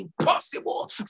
impossible